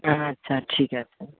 আচ্ছা ঠিক আছে